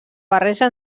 barreja